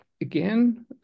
again